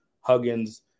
Huggins